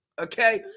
Okay